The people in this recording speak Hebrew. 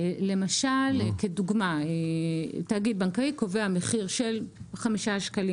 למשל כדוגמה תאגיד בנקאי קובע מחיר של חמישה שקלים